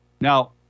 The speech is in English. Now